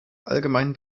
allgemein